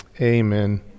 Amen